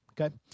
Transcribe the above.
Okay